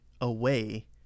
away